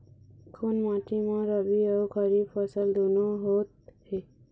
कोन माटी म रबी अऊ खरीफ फसल दूनों होत हे?